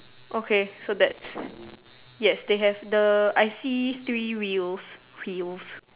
okay so that's yes they have the I see three wheels wheels